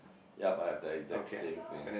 yup I have the exact same thing